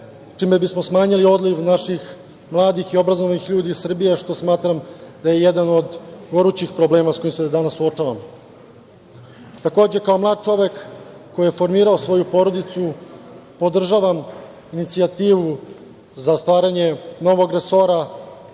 čime bismo smanjili odliv naših mladih i obrazovanih ljudi iz Srbije, što smatram da je jedan od gorućih problema sa kojima se danas suočavamo. Takođe, kao mlad čovek, koji je formirao svoju porodicu, podržavam inicijativu za stvaranje novog resora